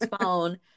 phone